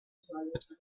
science